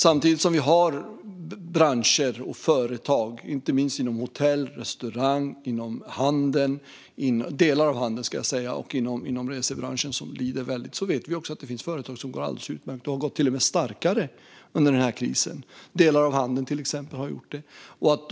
Samtidigt som det finns branscher och företag som lider väldigt, inte minst inom hotell och restaurang, resebranschen och delar av handeln, vet vi att det finns företag som det går alldeles utmärkt för och som till och med har blivit starkare under krisen. Det gäller till exempel delar av handeln.